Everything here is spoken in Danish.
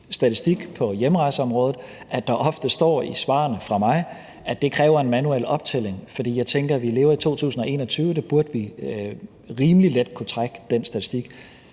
statistik på hjemrejseområdet, at der ofte i svarene fra mig står, at det kræver en manuel optælling. For jeg tænker, at vi lever i 2021, og der burde vi rimelig let kunne trække den statistik.